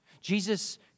Jesus